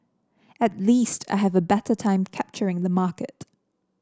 at least I have a better time capturing the market